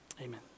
Amen